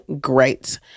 great